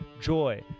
joy